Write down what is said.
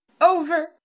over